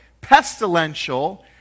pestilential